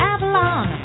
Avalon